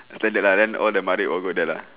standard lah then all the mother all go there lah